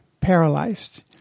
paralyzed